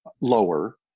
lower